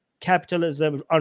capitalism